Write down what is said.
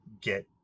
get